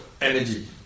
energy